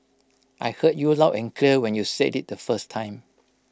I heard you loud and clear when you said IT the first time